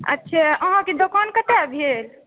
अच्छा अहाँके दोकान कतय भेल